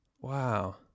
Wow